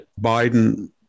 Biden